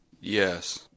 yes